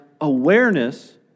awareness